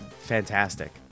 fantastic